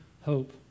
hope